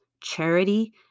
charity